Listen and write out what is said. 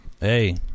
Hey